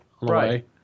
Right